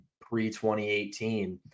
pre-2018